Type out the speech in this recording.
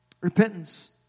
Repentance